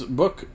book